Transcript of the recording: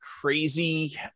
crazy